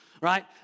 right